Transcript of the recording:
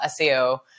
SEO